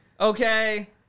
Okay